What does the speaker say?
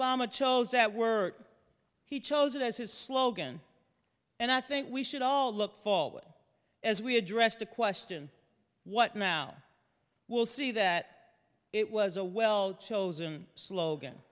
ma chose that word he chose it as his slogan and i think we should all look forward as we address the question what now will see that it was a well chosen slogan